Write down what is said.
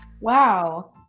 Wow